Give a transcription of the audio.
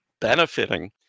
benefiting